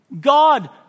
God